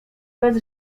bez